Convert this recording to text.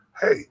hey